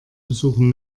besuchen